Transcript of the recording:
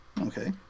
Okay